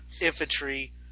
infantry